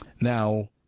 Now